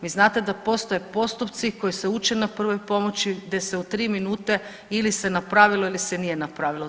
Vi znate da postoje postupci koji se uče na prvoj pomoći gdje se u 3 minute ili se napravilo ili se nije napravilo.